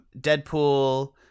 Deadpool